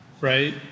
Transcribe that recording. right